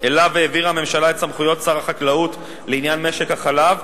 שאליו העבירה הממשלה את סמכויות שר החקלאות לעניין משק החלב,